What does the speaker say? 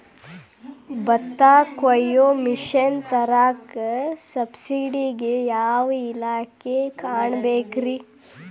ಭತ್ತ ಕೊಯ್ಯ ಮಿಷನ್ ತರಾಕ ಸಬ್ಸಿಡಿಗೆ ಯಾವ ಇಲಾಖೆ ಕಾಣಬೇಕ್ರೇ?